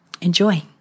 enjoy